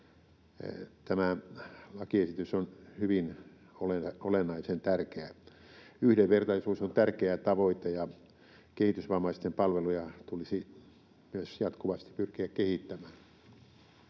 Tämä lakiesitys on hyvin olennaisen tärkeä. Yhdenvertaisuus on tärkeä tavoite, ja kehitysvammaisten palveluja tulisi myös jatkuvasti pyrkiä kehittämään.